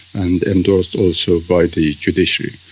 and endorsed also by the judiciary.